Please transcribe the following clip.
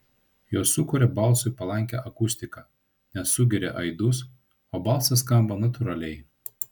jos sukuria balsui palankią akustiką nes sugeria aidus o balsas skamba natūraliai